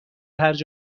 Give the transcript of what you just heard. هرج